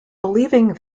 believing